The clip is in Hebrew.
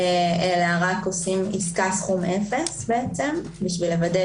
אלא רק עושים עסקה סכום 0 כדי לוודא